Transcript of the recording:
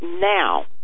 now